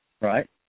right